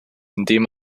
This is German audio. indem